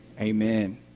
Amen